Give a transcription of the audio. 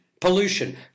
pollution